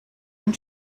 and